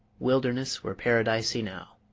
wilderness were paradise enow.